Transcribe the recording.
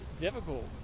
difficult